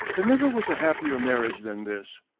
there never was a happier marriage than this.